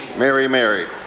mary, mary.